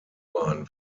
bahn